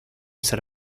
ser